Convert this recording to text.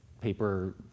paper